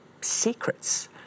secrets